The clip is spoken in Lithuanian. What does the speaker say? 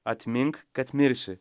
atmink kad mirsi